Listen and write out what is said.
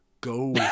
Go